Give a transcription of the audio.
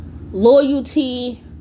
loyalty